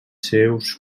seus